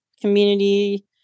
community